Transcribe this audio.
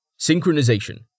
Synchronization